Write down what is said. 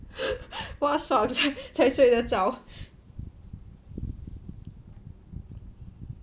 挖爽才睡得着